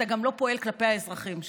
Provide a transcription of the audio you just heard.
אתה גם לא פועל כלפי האזרחים שלך.